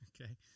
Okay